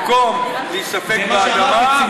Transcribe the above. במקום להיספג באדמה,